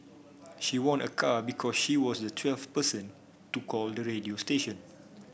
she won a car because she was the twelfth person to call the radio station